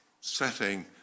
setting